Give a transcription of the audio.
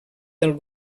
del